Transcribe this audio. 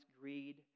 greed